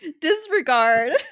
Disregard